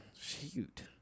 shoot